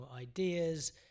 ideas